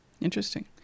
Interesting